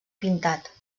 pintat